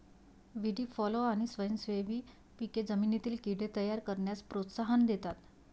व्हीडी फॉलो आणि स्वयंसेवी पिके जमिनीतील कीड़े तयार करण्यास प्रोत्साहन देतात